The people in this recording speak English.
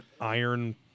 iron